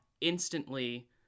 instantly